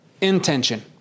intention